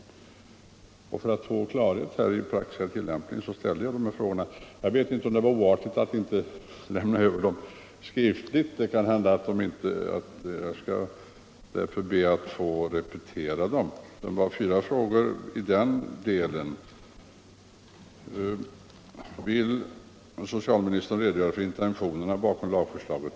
Det var för att få klarhet om den praktiska tillämpningen som jag ställde mina frågor. Jag vet inte om det var oartigt att inte lämna över dem skriftligt. Jag skall därför be att få repetera dem. Det var fyra frågor i den delen. Vill socialministern redogöra för intentionerna bakom lagförslaget?